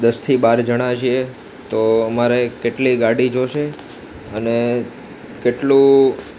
દસથી બાર જણા છીએ તો અમારે કેટલી ગાડી જોશે અને કેટલું